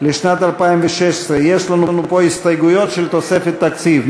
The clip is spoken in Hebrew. לשנת 2016. יש לנו פה הסתייגויות של תוספת תקציב.